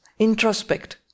Introspect